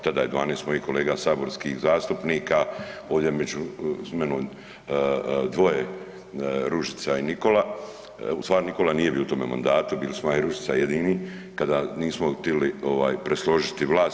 Tada je 12 mojih kolega saborskih zastupnika, ovdje je sa mnom dvoje Ružica i Nikola, ustvari Nikola nije bio u tome mandatu, bili smo ja i Ružica jedini kada nismo htjeli presložiti vlast.